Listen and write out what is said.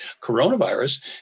coronavirus